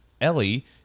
Ellie